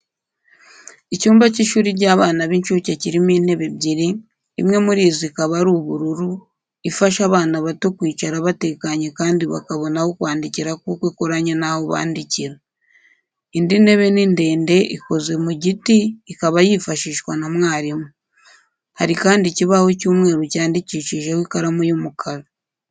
Icyumba cy'ishuri ry'abana b'incuke kirimo intebe ebyiri, imwe muri izi ikaba ari ubururu, ifasha abana bato kwicara batekanye kandi bakabona aho kwandikira kuko ikoranye n'aho bandikira. Indi ntebe ni ndende ikoze mu giti ikaba yifashishwa na mwarimu. Hari kandi ikibaho cy'umweru cyandikishijeho ikaramu y'umukara.